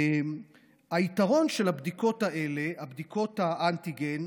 היתרון של הבדיקות האלה, בדיקות האנטיגן,